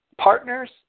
partners